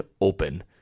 open